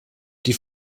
die